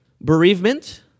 bereavement